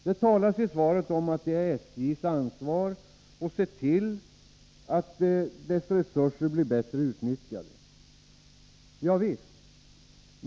Det talas i svaret också om att det är SJ:s ansvar att se till att dess resurser blir bättre utnyttjade. Javisst!